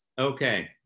Okay